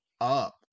up